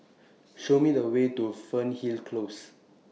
Show Me The Way to Fernhill Close